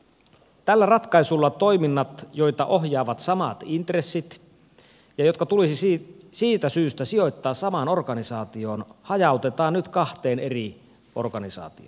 tällä ratkaisulla toiminnat joita ohjaavat samat intressit ja jotka tulisi siitä syystä sijoittaa samaan organisaatioon hajautetaan nyt kahteen eri organisaatioon